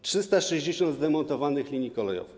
360 zdemontowanych linii kolejowych.